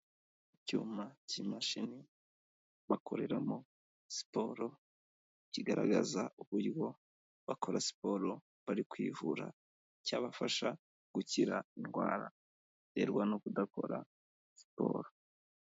Icyuma cy'imashini bakoreramo siporo, kigaragaza uburyo bakora siporo bari kwivura cyabafasha gukira indwara baterwa no kudakora siporo.